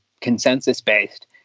consensus-based